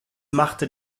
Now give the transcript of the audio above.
machte